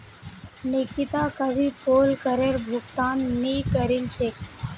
निकिता कभी पोल करेर भुगतान नइ करील छेक